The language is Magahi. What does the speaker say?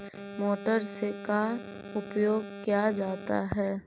मोटर से का उपयोग क्या जाता है?